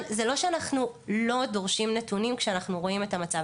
זה לא שאנחנו לא דורשים נתונים כשאנחנו רואים את המצב.